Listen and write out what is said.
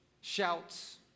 shouts